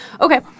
Okay